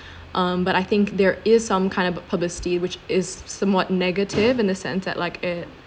um but I think there is some kind of publicity which is somewhat negative in the sense that like it talks about negative things but it in